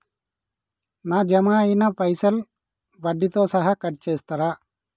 నా జమ అయినా పైసల్ వడ్డీతో సహా కట్ చేస్తరా?